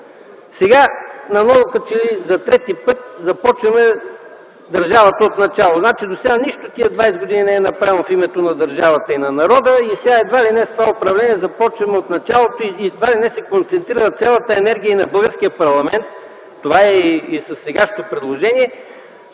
Сега на ново, като че ли на ново започваме държавата отначало. Значи досега тези 20 години нищо не е направено в името на държавата и на народа и сега едва ли не с това управление започваме отначалото, и едва ли не се концентрира цялата енергия на българския парламент, това е и със сегашното предложение,